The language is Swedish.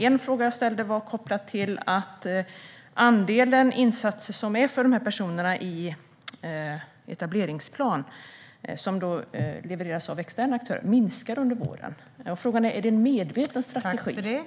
En fråga jag ställde var kopplad till att andelen insatser som är till för dessa personer i etableringsplan som levereras av externa aktörer minskade under våren. Frågan är om det är en medveten strategi.